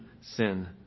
sin